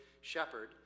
shepherd